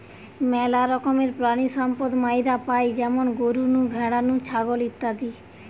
মেলা রকমের প্রাণিসম্পদ মাইরা পাই যেমন গরু নু, ভ্যাড়া নু, ছাগল ইত্যাদি